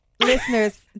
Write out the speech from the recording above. listeners